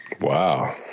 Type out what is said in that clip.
Wow